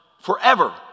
forever